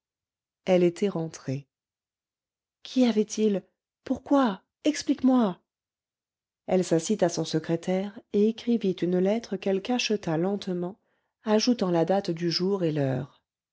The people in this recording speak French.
elle était rentrée qu'y avait-il pourquoi explique-moi elle s'assit à son secrétaire et écrivit une lettre qu'elle cacheta lentement ajoutant la date du jour et l'heure